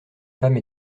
femme